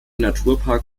naturpark